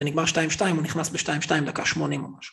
זה נגמר 2.2, הוא נכנס ב-2.2, דקה 80 או משהו.